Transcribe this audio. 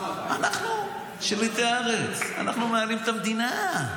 אנחנו שליטי הארץ, אנחנו מנהלים את המדינה.